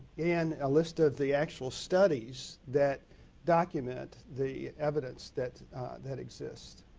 and a list of the actual studies that document the evidence that that exists.